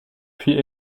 puis